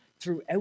throughout